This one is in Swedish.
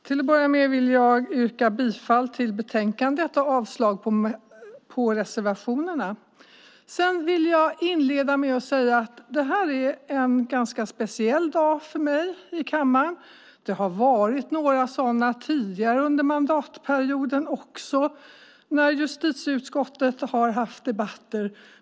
Herr talman! Jag yrkar bifall till utskottets förslag i betänkandet och avslag på reservationerna. Jag vill inleda med att säga att denna dag är en ganska speciell dag för mig här i kammaren. Några sådana dagar har funnits också tidigare under mandatperioden när justitieutskottet haft debatter.